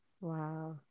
wow